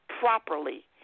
properly